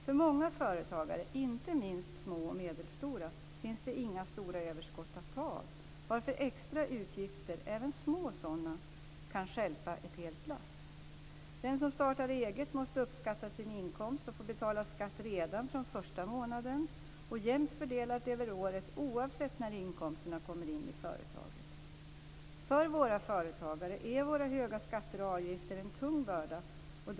För många företagare, inte minst små och medelstora, finns det inga stora överskott att ta av, varför extra utgifter - även små sådana - kan stjälpa ett helt lass. Den som startar eget måste uppskatta sin inkomst och måste betala skatt redan från första månaden, och skatten skall betalas jämnt fördelat över året oavsett när inkomsterna kommer in i företaget. Våra höga skatter och avgifter är en tung börda för våra företagare.